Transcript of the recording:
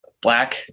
black